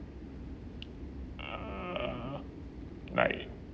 uh like